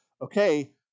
Okay